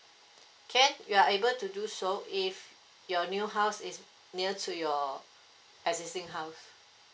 can you are able to do so if your new house is near to your existing house